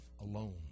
alone